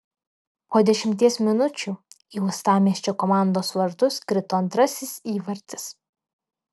po dešimties minučių į uostamiesčio komandos vartus krito antrasis įvartis